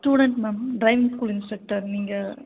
student ma'am driving school instructor நீங்கள்